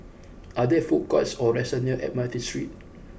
are there food courts or restaurants near Admiralty Street